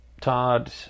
Todd